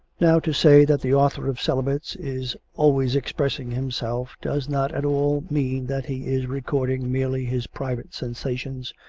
now to say that the author of celibates is always expressing himself does not at all mean that he is recording merely his private sensations,